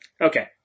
Okay